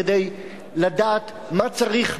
כדי לדעת מה צריך,